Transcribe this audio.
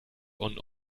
und